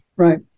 Right